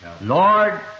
Lord